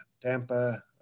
Tampa